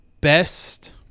best